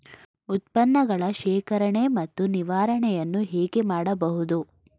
ಉತ್ಪನ್ನಗಳ ಶೇಖರಣೆ ಮತ್ತು ನಿವಾರಣೆಯನ್ನು ಹೇಗೆ ಮಾಡಬಹುದು?